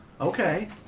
Okay